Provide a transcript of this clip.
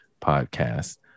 podcast